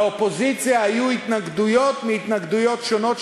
לאופוזיציה היו התנגדויות מהתנגדויות שונות,